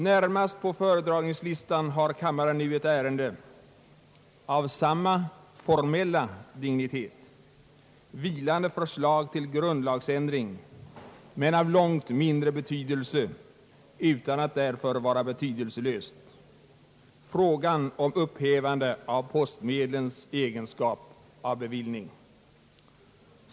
Närmast på föredragningslistan har kammaren nu ett ärende av samma formella dignitet, vilande förslag till grundlagsändring, men av långt mindre betydelse utan att därför vara betydelselöst: frågan om upphävande av postmedlens egenskap av bevillning.